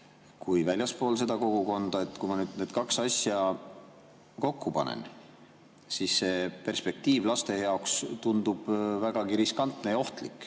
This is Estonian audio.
kui väljaspool seda kogukonda. Kui ma nüüd need kaks asja kokku panen, siis see perspektiiv laste jaoks tundub vägagi riskantne ja ohtlik.